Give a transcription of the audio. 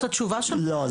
זאת התשובה --- לא,